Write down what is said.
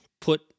put